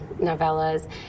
novellas